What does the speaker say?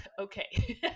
okay